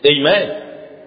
amen